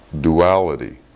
duality